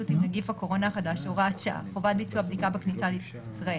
עם נגיף הקורונה החדש (הוראת שעה) (חובת ביצוע בדיקה בכניסה לישראל),